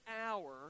hour